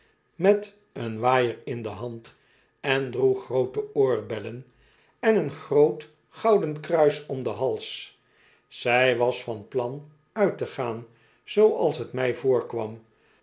met een waaier in de hand en droeg groote oorbellen en een groot gouden kruis om den hals zij was van plan uit te gaan zooals t mij voorkwam